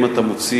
אם אתה מוציא,